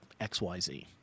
XYZ